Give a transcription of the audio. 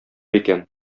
икән